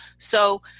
so,